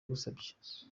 musabye